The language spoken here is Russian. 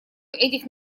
этих